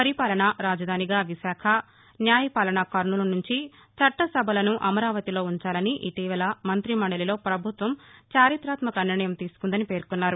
పరిపాలన రాజధానిగా విశాఖ న్యాయ పాలన కర్నూలు నుంచి చట్ట సభలను అమరావతిలో ఉంచాలని ఇటీవల మంత్రి మండలిలో పభుత్వం చరిత్రాత్మక నిర్ణయం తీసుకుందని పేర్కొన్నారు